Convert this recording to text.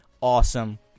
awesome